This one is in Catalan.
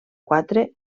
quatre